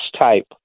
type